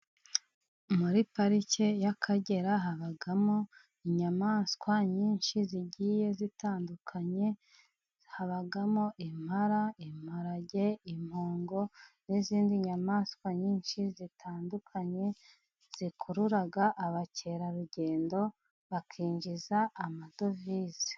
Muri parike y'Akagera habamo inyamaswa nyinshi zigiye zitandukanye. Habamo impala, imparage, impongo n'izindi nyamaswa nyinshi zitandukanye, zikurura abakerarugendo bakinjiza amadovize.